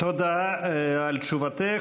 תודה על תשובתך.